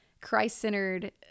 christ-centered